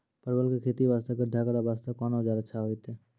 परवल के खेती वास्ते गड्ढा करे वास्ते कोंन औजार अच्छा होइतै?